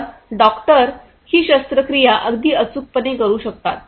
तर डॉक्टर ही शस्त्रक्रिया अगदी अचूकपणे करू शकतात